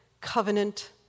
covenant